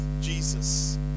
Jesus